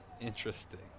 Interesting